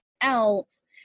else